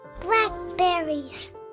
Blackberries